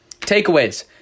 takeaways